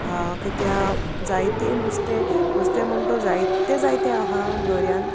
कित्या जायतीं नुस्तें नुस्तें म्हण तूं जायतें जायतें आहा दोर्यांत